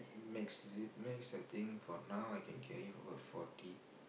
max is it max I think for now I can carry above forty